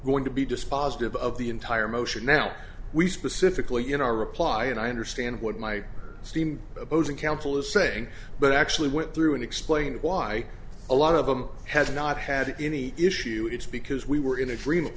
going to be dispositive of the entire motion now we specifically in our reply and i understand what my esteemed opposing counsel is saying but actually went through and explained why a lot of them has not had any issue it's because we were in agreement